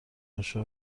عاشق